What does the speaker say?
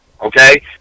okay